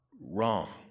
wrong